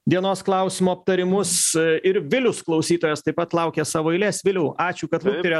dienos klausimo aptarimus ir vilius klausytojas taip pat laukia savo eilės viliau ačiū kad lukterėjot